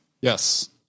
Yes